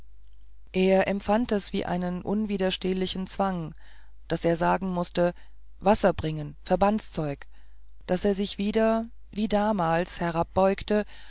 er empfand es wie einen unwiderstehlichen zwang daß er sagen mußte wasser bringen verbandzeug daß er sich wieder wie damals